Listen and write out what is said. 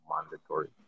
mandatory